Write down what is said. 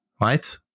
right